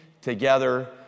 together